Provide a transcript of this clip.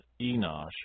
Enosh